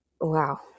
wow